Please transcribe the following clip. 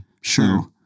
Sure